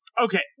Okay